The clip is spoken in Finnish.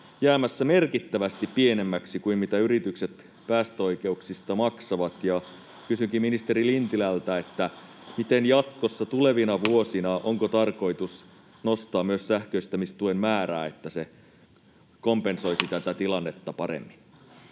jäämässä merkittävästi pienemmäksi kuin mitä yritykset päästöoikeuksista maksavat. Kysynkin ministeri Lintilältä: miten jatkossa, tulevina vuosina, onko tarkoitus nostaa myös sähköistämistuen määrää, että se kompensoisi tätä tilannetta paremmin?